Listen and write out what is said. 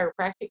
chiropractic